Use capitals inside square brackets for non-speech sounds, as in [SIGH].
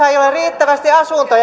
[UNINTELLIGIBLE] ei ole riittävästi asuntoja